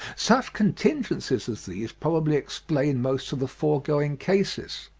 such contingencies as these probably explain most of the foregoing cases.